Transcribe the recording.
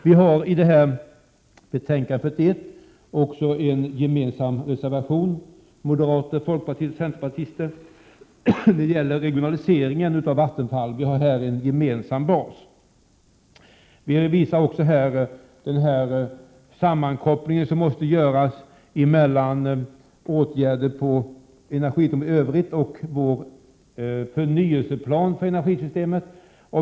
Vi har till näringsutskottets betänkande 41 fogat en gemensam reservation från moderater, folkpartister och centerpartister. Det gäller regionaliseringen av Vattenfall. Vi har i denna fråga en gemensam bas. Vi vill också visa på den sammankoppling som måste göras mellan åtgärder på energiområdet i övrigt och vår förnyelseplan för energisystemet.